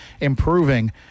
improving